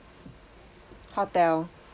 hotel